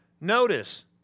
Notice